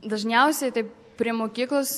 dažniausiai tai prie mokyklos